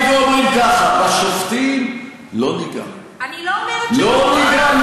אתם באים ואומרים ככה: בשופטים לא ניגע, לא ניגע.